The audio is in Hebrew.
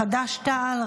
חד"ש-תע"ל,